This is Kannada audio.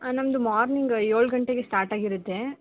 ನಮ್ಮದು ಮೋರ್ನಿಂಗ್ ಏಳು ಗಂಟೆಗೆ ಸ್ಟಾಟಾಗಿರುತ್ತೆ